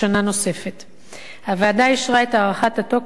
הוועדה אישרה את הארכת התוקף לשמונה חודשים בלבד.